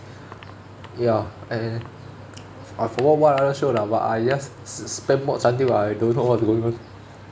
ya and I forgot what other show lah but I just s~ spam until I don't know what do I even